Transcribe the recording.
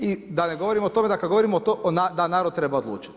I da ne govorim o tome da kad govorimo da narod treba odlučiti.